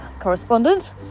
correspondence